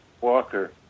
walker